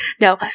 No